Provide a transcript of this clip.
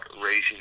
raising